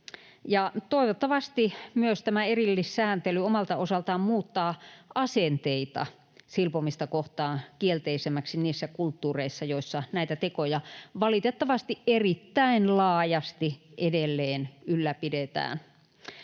Toivottavasti tämä erillissääntely omalta osaltaan myös muuttaa asenteita silpomista kohtaan kielteisemmiksi niissä kulttuureissa, joissa näitä tekoja valitettavasti erittäin laajasti edelleen ylläpidetään.